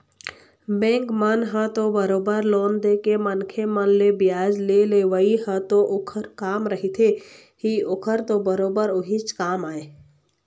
bank मन ह तो बरोबर लोन देके मनखे मन ले बियाज के लेवई ह तो ओखर काम रहिथे ही ओखर तो बरोबर उहीच काम आय